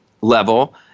level